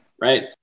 right